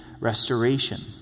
restoration